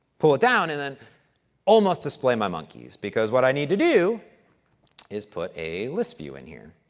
pull it down and then almost display my monkeys, because what i need to do is put a list view in here.